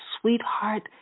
sweetheart